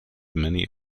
many